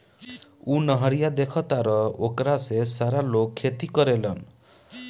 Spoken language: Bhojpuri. उ नहरिया देखऽ तारऽ ओकरे से सारा लोग खेती करेलेन